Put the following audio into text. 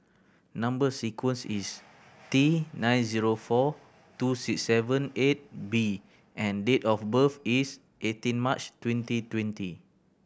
number sequence is T nine zero four two six seven eight B and date of birth is eighteen March twenty twenty